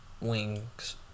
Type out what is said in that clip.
wings